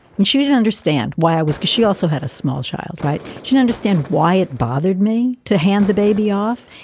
and she didn't understand why i was she also had a small child, right. she'd understand why it bothered me to hand the baby off.